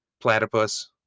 Platypus